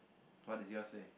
what does yours say